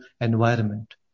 environment